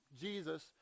jesus